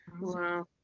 wow